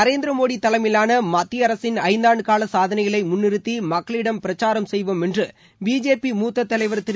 நரேந்திர மோடி தலைமையிலான மத்திய அரசின் ஐந்தாண்டு கால சாதனைகளை முன்நிறுத்தி மக்களிடம் பிரச்சாரம் செய்வோம் என்று பிஜேபி மூத்த தலைவர் திரு